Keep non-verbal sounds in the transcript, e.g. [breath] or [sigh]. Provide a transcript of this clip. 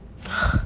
[breath]